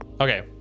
Okay